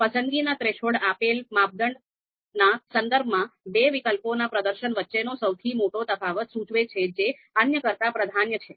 પસંદગીના થ્રેશોલ્ડ આપેલ માપદંડના સંદર્ભમાં બે વિકલ્પોના પ્રદર્શન વચ્ચેનો સૌથી મોટો તફાવત સૂચવે છે જે અન્ય કરતાં પ્રાધાન્ય છે